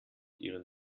ihren